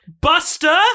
Buster